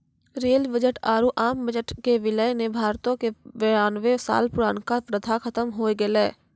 rail budget आरु आम budget के विलय ने भारतो के बेरानवे साल पुरानका प्रथा खत्म होय गेलै